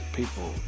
people